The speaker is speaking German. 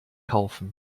kaufen